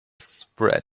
spread